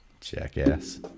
Jackass